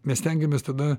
mes stengiamės tada